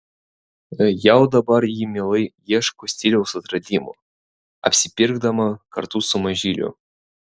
jau dabar ji mielai ieško stiliaus atradimų apsipirkdama kartu su mažyliu